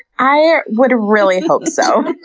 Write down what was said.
i would really hope so.